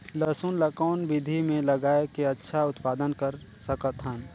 लसुन ल कौन विधि मे लगाय के अच्छा उत्पादन कर सकत हन?